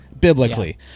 biblically